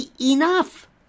Enough